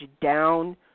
down